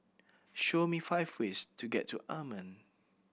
show me five ways to get to Amman